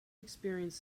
experienced